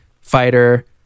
fighter